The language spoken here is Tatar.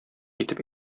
итеп